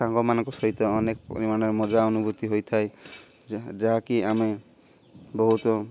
ସାଙ୍ଗମାନଙ୍କ ସହିତ ଅନେକ ପରିମାଣରେ ମଜା ଅନୁଭୂତି ହୋଇଥାଏ ଯାହା ଯାହାକି ଆମେ ବହୁତ